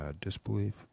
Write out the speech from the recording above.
disbelief